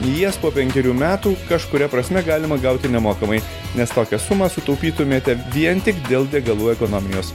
jas po penkerių metų kažkuria prasme galima gauti nemokamai nes tokią sumą sutaupytumėte vien tik dėl degalų ekonomijos